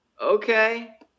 Okay